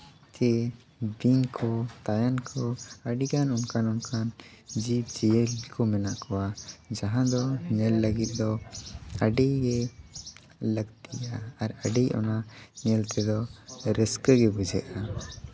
ᱪᱮ ᱵᱤᱧ ᱠᱚ ᱛᱟᱭᱟᱱ ᱠᱚ ᱟᱹᱰᱤ ᱜᱟᱱ ᱚᱱᱠᱟ ᱚᱱᱠᱟᱱ ᱡᱤᱵᱽᱼ ᱡᱤᱭᱟᱹᱞᱤ ᱠᱚ ᱢᱮᱱᱟᱜ ᱠᱚᱣᱟ ᱡᱟᱦᱟᱸ ᱫᱚ ᱧᱮᱞ ᱞᱟᱹᱜᱤᱫ ᱫᱚ ᱟᱹᱰᱤ ᱜᱮ ᱞᱟᱹᱠᱛᱤᱭᱟ ᱟᱨ ᱟᱹᱰᱤ ᱚᱱᱟ ᱧᱮᱞ ᱛᱮᱫᱚ ᱨᱟᱹᱥᱠᱟᱹ ᱜᱮ ᱵᱩᱡᱷᱟᱹᱜᱼᱟ